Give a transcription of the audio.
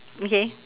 okay